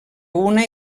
una